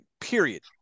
period